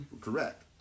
correct